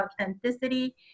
authenticity